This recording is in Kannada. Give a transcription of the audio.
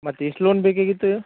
ಮತ್ತು ಎಷ್ಟು ಲೋನ್ ಬೇಕಾಗಿತ್ತು